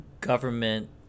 government